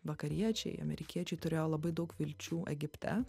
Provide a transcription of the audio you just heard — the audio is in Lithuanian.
vakariečiai amerikiečiai turėjo labai daug vilčių egipte